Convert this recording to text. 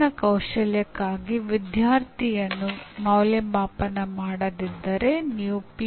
ಅವನು ಉತ್ತಮ ದರ್ಜೆಯನ್ನು ಪಡೆಯಲು ಬಯಸುತ್ತಾನೆ